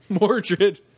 Mordred